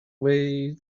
way